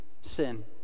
sin